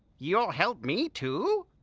you'll help me too?